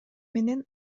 менен